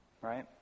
right